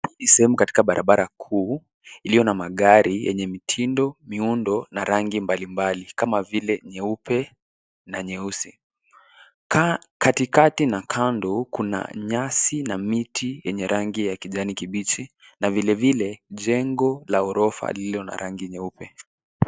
Hii sehemu katika barabara kuu iliyo na magari yenye mitindo, miundo na rangi mbalimbali kama vile nyeupe na nyeusi. Katikati na kando kuna nyasi na miti yenye rangi ya kijani kibichi na vilevile jengo la ghorofa lililo na rangi nyeupe.